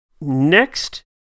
next